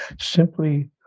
simply